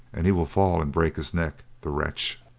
and he will fall and break his neck, the wretch.